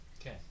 Okay